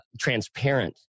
transparent